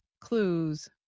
clues